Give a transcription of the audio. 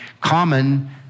Common